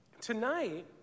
Tonight